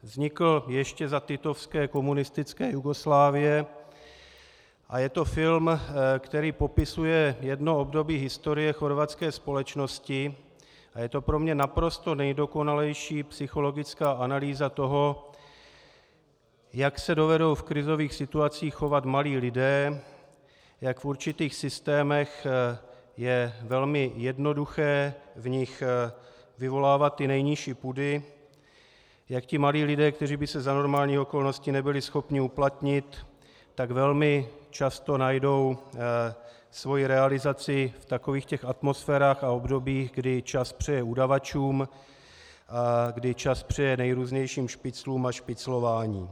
Vznikl ještě za titovské komunistické Jugoslávie a je to film, který popisuje jedno období historie chorvatské společnosti, a je to pro mě naprosto nejdokonalejší psychologická analýza toho, jak se dovedou v krizových situacích chovat malí lidé, jak v určitých systémech je velmi jednoduché v nich vyvolávat nejnižší pudy, jak malí lidé, kteří by se za normálních okolností nebyli schopni uplatnit, tak velmi často najdou svoji realizaci v atmosférách a obdobích, kdy čas přeje udavačům, kdy čas přeje nejrůznějším špiclům a špiclování.